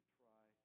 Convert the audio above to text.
try